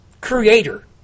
creator